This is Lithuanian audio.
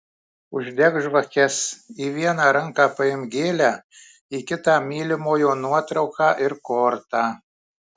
uždek žvakes į vieną ranką paimk gėlę į kitą mylimojo nuotrauką ir kortą